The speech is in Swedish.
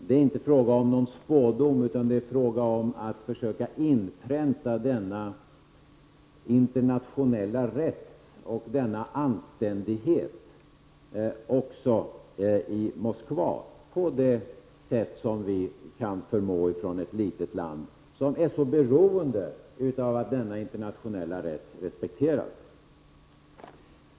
Det är inte fråga om någon spådom, utan det är fråga om att försöka inpränta denna internationella rätt och denna anständighet också i Moskva, på det sätt som vi kan förmå från ett litet land som är så beroende av att denna internationella rätt respekteras.